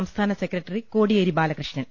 സംസ്ഥാന സെക്രട്ടറി കോടിയേരി ബാലകൃഷ്ണൻ